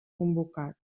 convocat